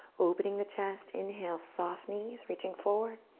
opening the chest, inhale, soft knees, reaching forward,